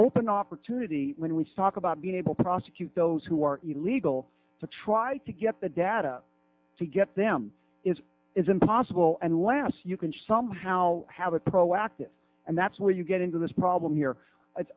open opportunity when we talk about being able to prosecute those who are illegal to try to get the data to get them is is impossible and once you can somehow have a proactive and that's where you get into this problem here it's